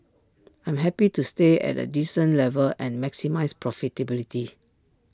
I'm happy to stay at A decent level and maximise profitability